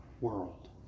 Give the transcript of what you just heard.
world